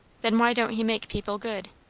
then why don't he make people good?